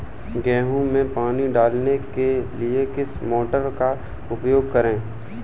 गेहूँ में पानी डालने के लिए किस मोटर का उपयोग करें?